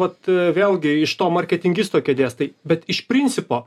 vat vėlgi iš to marketingisto kėdės tai bet iš principo